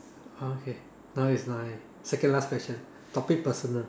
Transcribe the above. okay now is my second last question topic personal